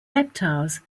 reptiles